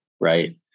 right